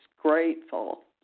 grateful